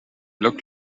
look